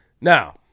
Now